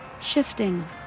Shifting